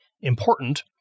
important